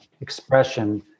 expression